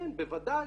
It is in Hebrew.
כן, בוודאי.